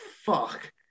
fuck